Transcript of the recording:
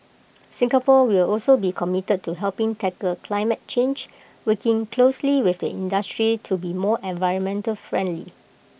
Singapore will also be committed to helping tackle climate change working closely with the industry to be more environmentally friendly